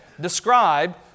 describe